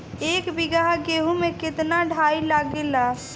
एक बीगहा गेहूं में केतना डाई लागेला?